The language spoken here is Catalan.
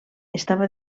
estava